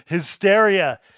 Hysteria